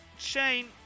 Shane